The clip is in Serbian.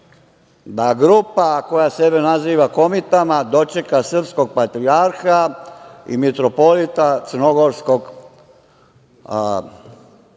da grupa koja sebe naziva komitama dočeka srpskog patrijarha i mitropolita crnogorskog,